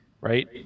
right